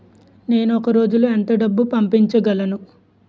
నేను ఒక రోజులో ఎంత డబ్బు పంపించగలను?